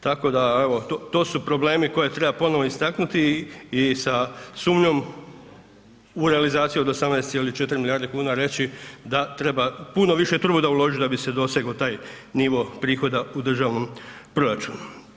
Tako da evo tu su problemi koje treba ponovno istaknuti i sa sumnjom u realizaciju od 18,4 milijarde kuna reći da treba puno više truda uložiti da bi se dosego taj nivo prihoda u državnom proračunu.